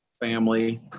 family